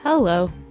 Hello